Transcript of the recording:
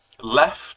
left